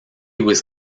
was